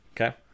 Okay